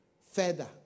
further